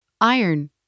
Iron